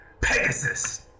Pegasus